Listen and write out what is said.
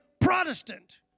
Protestant